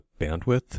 bandwidth